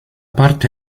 parte